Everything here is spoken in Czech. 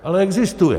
Ale existuje.